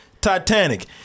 Titanic